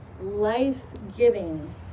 life-giving